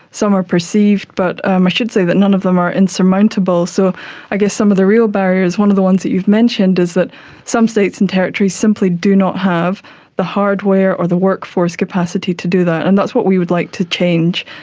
some are perceived, but ah i should say that none of them are insurmountable. so i guess some of the real barriers, one of the ones that you've mentioned, is that some states and territories simply do not have the hardware or the workforce capacity to do that, and that's what we would like to change,